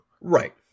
Right